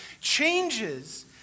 changes